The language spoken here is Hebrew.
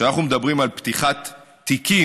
כשאנחנו מדברים על פתיחת תיקים,